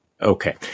Okay